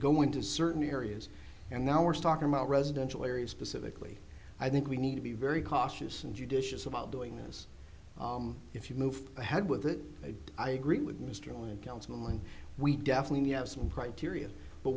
go into certain areas and now we're talking about residential areas specifically i think we need to be very cautious and judicious about doing this if you move ahead with it i agree with mr councilman we definitely have some criteria but